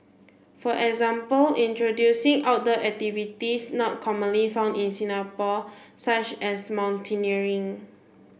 for example introducing outdoor activities not commonly found in Singapore such as mountaineering